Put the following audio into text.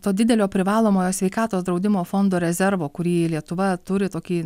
to didelio privalomojo sveikatos draudimo fondo rezervo kurį lietuva turi tokį